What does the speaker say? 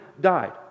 died